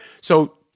So-